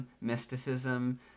mysticism